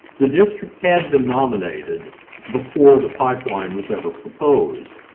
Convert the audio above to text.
the district had been nominated before the pipeline was ever proposed.